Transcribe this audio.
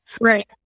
Right